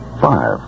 Five